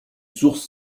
source